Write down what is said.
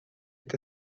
est